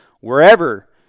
wherever